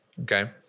Okay